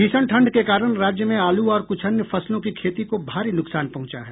भीषण ठंड के कारण राज्य में आलू और कुछ अन्य फसलों की खेती को भारी नुकसान पहुंचा है